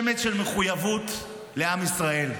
שמץ של מחויבות לעם ישראל,